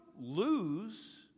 lose